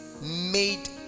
made